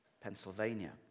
Pennsylvania